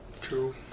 True